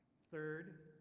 third,